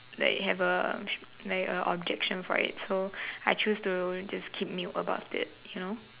like have a like a objection for it so I choose to keep mute about it you know